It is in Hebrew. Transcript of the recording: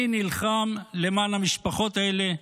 אני נלחם למען המשפחות האלה,